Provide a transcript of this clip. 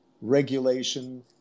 regulation